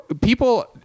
People